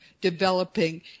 developing